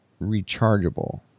rechargeable